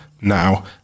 now